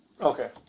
Okay